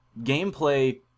gameplay